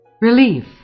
Relief